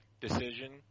decision